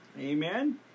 Amen